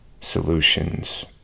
solutions